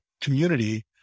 community